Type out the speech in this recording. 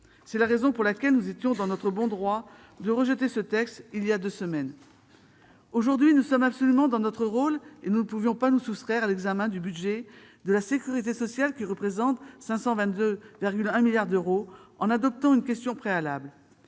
C'est la raison pour laquelle nous étions dans notre bon droit en rejetant ce texte il y a deux semaines. Aujourd'hui, nous sommes absolument dans notre rôle, et nous ne pouvions pas nous soustraire à l'examen du budget de la sécurité sociale, qui représente 522,1 milliards d'euros, en adoptant une motion tendant